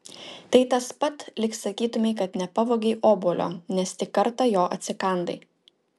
tai tas pat lyg sakytumei kad nepavogei obuolio nes tik kartą jo atsikandai